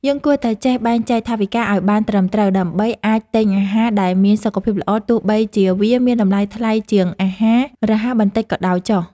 យើងគួរតែចេះបែងចែកថវិកាឲ្យបានត្រឹមត្រូវ ដើម្បីអាចទិញអាហារដែលមានសុខភាពល្អទោះបីជាវាមានតម្លៃថ្លៃជាងអាហាររហ័សបន្តិចក៏ដោយចុះ។